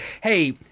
hey